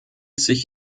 sich